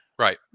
Right